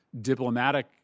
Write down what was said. diplomatic